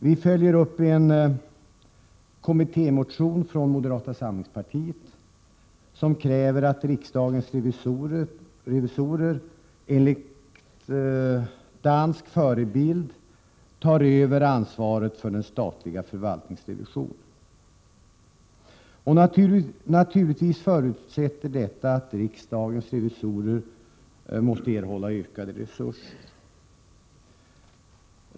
Vi följer upp en kommittémotion från moderata samlingspartiet som kräver att riksdagens revisorer enligt dansk förebild skall överta ansvaret för den statliga förvaltningsrevisionen. Naturligtvis förutsätter detta att riksdagens revisorer erhåller utökade resurser.